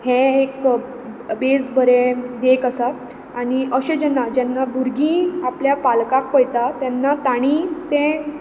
हें एक बेज बरे देख आसा आनी अशें जेन्ना जेन्ना भुरगीं आपल्या पालकाक पळयता तेन्ना तांणी तें